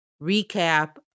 recap